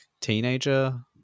teenager